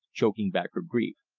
choking back her grief.